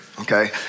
okay